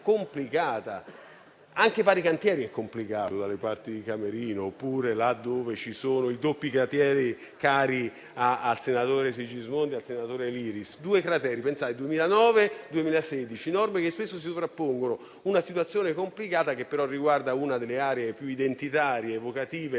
Anche fare cantieri è complicato